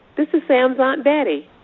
this is sam's aunt betty.